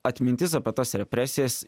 atmintis apie tas represijas